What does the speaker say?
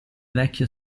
vecchio